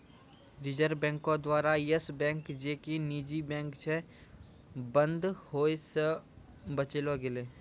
reserve बैंको द्वारा Yes Bank जे कि निजी बैंक छै, बंद होय से बचैलो गेलै